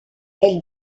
elle